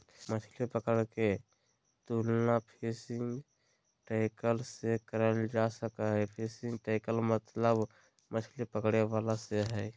मछली पकड़े के तुलना फिशिंग टैकल से करल जा सक हई, फिशिंग टैकल मतलब मछली पकड़े वाला से हई